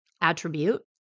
attribute